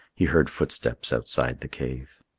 he heard footsteps outside the cave.